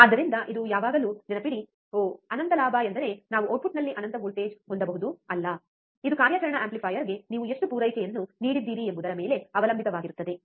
ಆದ್ದರಿಂದ ಇದು ಯಾವಾಗಲೂ ನೆನಪಿಡಿ ಓಹ್ ಅನಂತ ಲಾಭ ಎಂದರೆ ನಾವು ಔಟ್ಪುಟ್ನಲ್ಲಿ ಅನಂತ ವೋಲ್ಟೇಜ್ ಹೊಂದಬಹುದು ಅಲ್ಲ ಇದು ಕಾರ್ಯಾಚರಣಾ ಆಂಪ್ಲಿಫೈಯರ್ಗೆ ನೀವು ಎಷ್ಟು ಪೂರೈಕೆಯನ್ನು ನೀಡಿದ್ದೀರಿ ಎಂಬುದರ ಮೇಲೆ ಅವಲಂಬಿತವಾಗಿರುತ್ತದೆ